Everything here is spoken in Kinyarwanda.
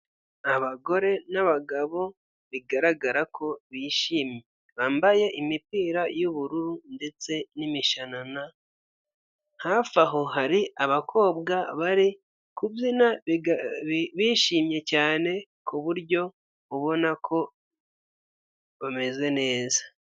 Abagore n'abagabo bigaragara ko bishimye, bambaye imipira y'ubururu ndetse n'imishanana. Hafi aho hari abakobwa bari kubyina bishimye cyane kuburyo ubona ko bameze neza.